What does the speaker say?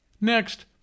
Next